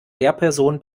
lehrperson